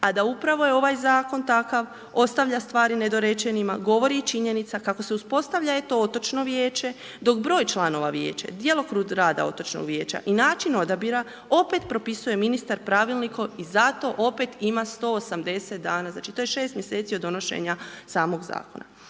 A da upravo je ovaj Zakon takav, ostavlja stvari nedorečenima, govori i činjenica kako se uspostavlja eto otočno vijeće, dok broj članova vijeća, djelokrug rada otočnog vijeća i način odabira opet propisuje ministar pravilnikom i zato opet ima 180 dana. Znači, to je 6 mjeseci od donošenja samog Zakona.